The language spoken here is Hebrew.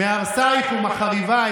"מהרסיך ומחריביך"